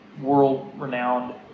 world-renowned